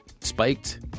spiked